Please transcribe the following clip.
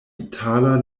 itala